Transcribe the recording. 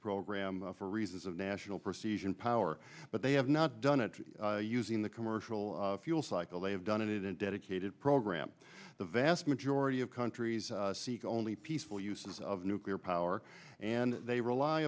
program for reasons of national procedure and power but they have not done it using the commercial fuel cycle they have done it in dedicated program the vast majority of countries seek only peaceful uses of nuclear power and they rely